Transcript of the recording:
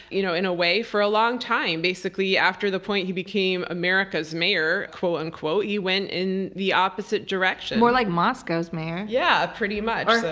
you know in a way, for a long time. basically, after the point he became america's mayor, quote-unquote, he went in the opposite direction. more like moscow's mayor. yeah, pretty much.